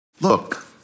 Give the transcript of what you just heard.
Look